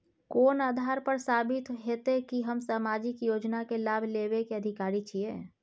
कोन आधार पर साबित हेते की हम सामाजिक योजना के लाभ लेबे के अधिकारी छिये?